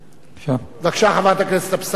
בבקשה, חברת הכנסת אבסדזה.